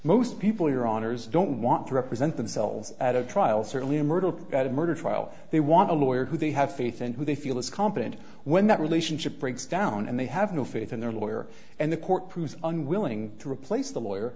most people your honour's don't want to represent themselves at a trial certainly a murder at a murder trial they want a lawyer who they have faith in who they feel is competent when that relationship breaks down and they have no faith in their lawyer and the court proves unwilling to replace the lawyer